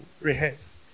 rehearse